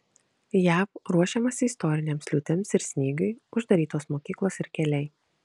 jav ruošiamasi istorinėms liūtims ir snygiui uždarytos mokyklos ir keliai